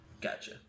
Gotcha